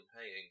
paying